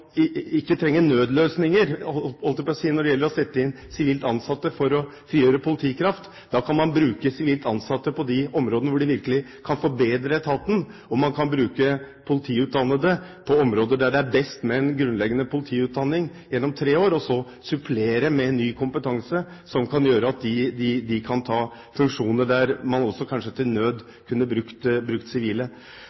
man ikke trenge nødløsninger – holdt jeg på å si – med å sette inn sivilt ansatte for å frigjøre politikraft. Da kan man bruke sivilt ansatte på de områdene der de virkelig kan forbedre etaten. Man kan bruke politiutdannede på områder der det er best med en grunnleggende politiutdanning gjennom tre år, og så supplere med ny kompetanse som gjør at de kan ta funksjonene der man kanskje til nød